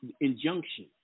injunction